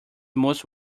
most